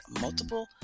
multiple